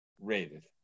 rated